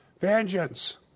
vengeance